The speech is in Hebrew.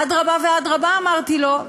אדרבה ואדרבה, אמרתי לו.